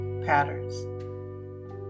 patterns